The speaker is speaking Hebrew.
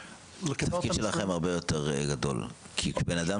התפקיד שלכם למעשה הרבה יותר גדול כי בן אדם